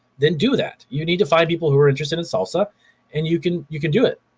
then do that. you need to find people who are interested in salsa and you can you can do it.